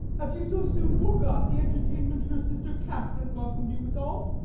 have you so soon forgot the entertainment her sister katherine welcome'd you withal?